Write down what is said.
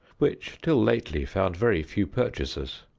which till lately found very few purchasers.